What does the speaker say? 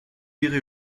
irez